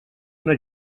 una